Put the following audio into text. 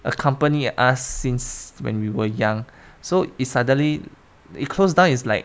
accompany us since when we were young so it suddenly it closed down is like